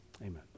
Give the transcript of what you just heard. Amen